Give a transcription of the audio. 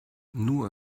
nur